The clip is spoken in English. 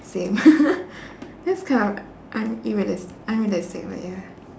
same that's kind of u~ un~ irreali~ unrealistic but ya